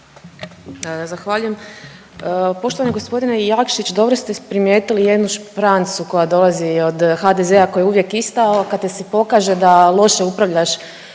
Zahvaljujem. Poštovani g. Jakšić. Dobro ste primijetili jednu šprancu koja dolazi od HDZ-a, koja je uvijek ista, kad ti se pokaže da loše upravljaš